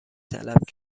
طلب